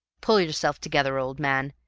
pull yourself together, old man.